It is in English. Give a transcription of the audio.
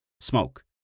Smoke